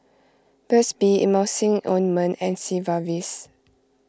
Burt's Bee Emulsying Ointment and Sigvaris